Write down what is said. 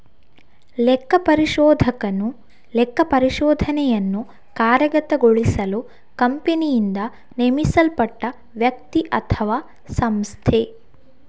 ಲೆಕ್ಕಪರಿಶೋಧಕನು ಲೆಕ್ಕಪರಿಶೋಧನೆಯನ್ನು ಕಾರ್ಯಗತಗೊಳಿಸಲು ಕಂಪನಿಯಿಂದ ನೇಮಿಸಲ್ಪಟ್ಟ ವ್ಯಕ್ತಿ ಅಥವಾಸಂಸ್ಥೆ